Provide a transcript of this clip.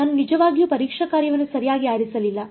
ನಾನು ನಿಜವಾಗಿಯೂ ಪರೀಕ್ಷಾ ಕಾರ್ಯವನ್ನು ಸರಿಯಾಗಿ ಆರಿಸಲಿಲ್ಲ